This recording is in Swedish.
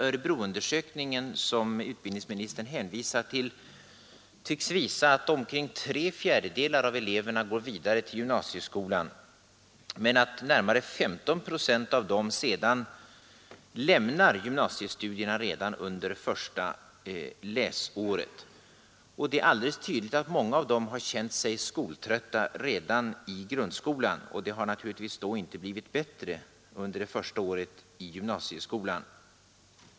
Örebroundersökningen, som utbildningsministern hänvisar till, tycks visa att omkring tre fjärdedelar av eleverna går vidare till gymnasieskolan, men att närmare 15 procent av dem sedan lämnar gymnasiestudierna redan under första läsåret. Det är alldeles tydligt att många av dem har känt sig skoltrötta redan under grundskolan, och det har naturligtvis inte blivit bättre under det första året i gymnasieskolan.